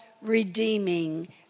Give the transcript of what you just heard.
redeeming